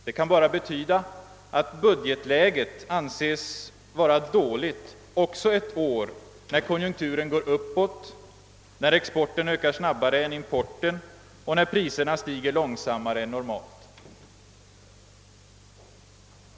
Det kan bara betyda att budgetläget anses vara dåligt också ett år när konjunkturen går uppåt, när exporten ökar snabbare än importen och när priserna stiger långsammare än normalt.